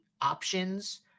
options